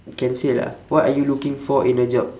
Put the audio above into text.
can say lah what are you looking for in a job